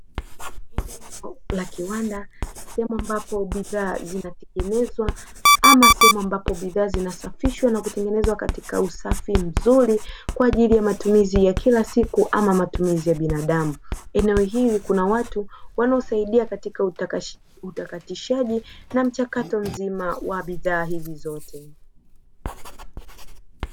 Eneo la kiwanda, sehemu ambapo bidhaa zinatengenezwa ama sehemu ambapo bidhaa zinasafishwa na kutengenezwa katika usafi mzuri kwa ajili ya matumizi ya kila siku ama matumizi ya binadamu. Eneo hili kuna watu wanaosaidia katika utakatishaji na mchakato mzima wa bidhaa hizi zote.